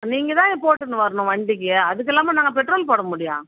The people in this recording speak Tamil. நீங்கள் தான்ங்க போட்டுன்னு வரணும் வண்டிக்கு அதுக்கெல்லாமா நாங்கள் பெட்ரோல் போட முடியும்